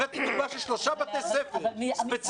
הבאתי דוגמה של שלושה בתי ספר ספציפיים.